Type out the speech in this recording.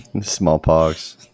Smallpox